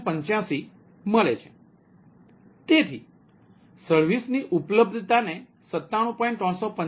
385 તેથીઅમે સર્વિસની ઉપલબ્ધતાને 97